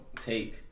take